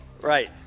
Right